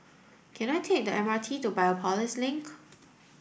can I take the M R T to Biopolis Link